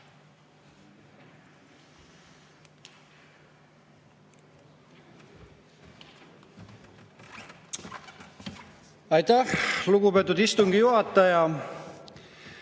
Aitäh, lugupeetud istungi juhataja!